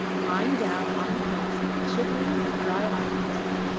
lying down on her face, shivering in dry-eyed misery.